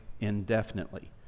indefinitely